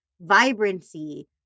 vibrancy